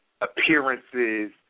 appearances